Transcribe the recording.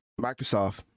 microsoft